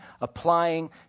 applying